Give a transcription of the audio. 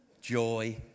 joy